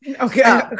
okay